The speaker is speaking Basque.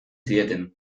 zieten